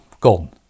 gone